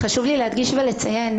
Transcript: חשוב לי להדגיש ולציין,